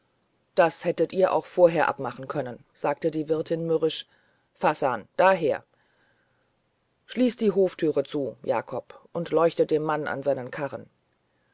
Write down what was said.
das hättet ihr alles auch vorher abmachen können sagte die wirtin mürrisch fassan daher schließ die hoftüre zu jakob und leuchte dem mann an seinen karren